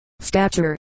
Stature